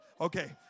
Okay